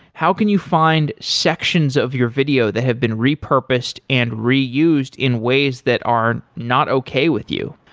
how can you find sections of your video that have been repurposed and reused in ways that aren't not okay with you.